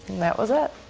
that was it,